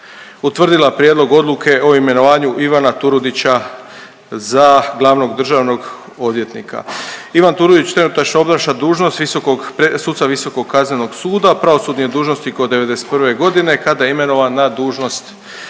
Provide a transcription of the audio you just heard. utvrdila Prijedlog odluke o imenovanju Ivana Turudića za glavnog državnog odvjetnika. Ivan Turudić trenutačno obnaša dužnost suca Visokog kaznenog suda, pravosudni je dužnosnik od '91.g. kada je imenovan na dužnost